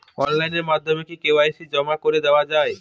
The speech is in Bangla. অনলাইন মাধ্যমে কি কে.ওয়াই.সি জমা করে দেওয়া য়ায়?